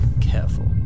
careful